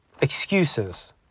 Excuses